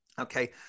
Okay